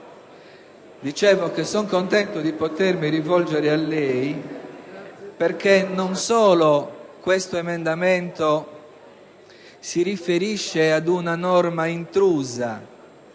dicevo, sono contento di potermi rivolgere a lei perché questo emendamento non solo si riferisce ad una norma intrusa,